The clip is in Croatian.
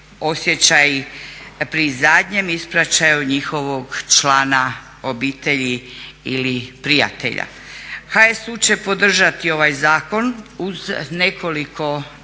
pri zadnjem ispraćaju njihovog člana obitelji ili prijatelja. HSU će podržati ovaj zakon uz nekoliko